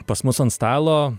pas mus ant stalo